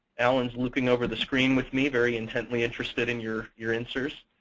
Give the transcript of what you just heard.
alan's looking over the screen with me, very intently interested in your your answers.